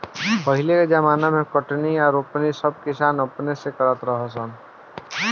पहिले के ज़माना मे कटनी आ रोपनी सब किसान अपने से करत रहा सन